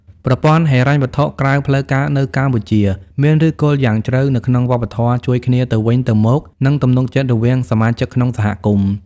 ប្រព័ន្ធហិរញ្ញវត្ថុក្រៅផ្លូវការនៅកម្ពុជាមានឫសគល់យ៉ាងជ្រៅនៅក្នុងវប្បធម៌ជួយគ្នាទៅវិញទៅមក និងទំនុកចិត្តរវាងសមាជិកក្នុងសហគមន៍។